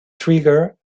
trigger